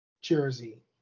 jersey